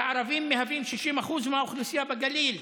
והערבים מהווים 60% מהאוכלוסייה בגליל.